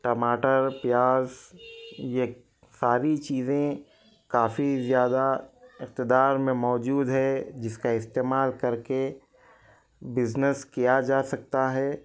ٹماٹر پیاز یہ ساری چیزیں کافی زیادہ اقتدار میں موجود ہے جس کا استعمال کر کے بزنس کیا جا سکتا ہے